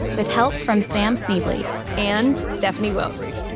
with help from sam schneble and stephanie wilkes.